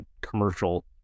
commercial